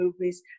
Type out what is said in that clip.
movies